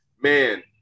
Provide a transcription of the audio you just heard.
Man